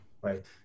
Right